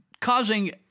causing